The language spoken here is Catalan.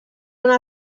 una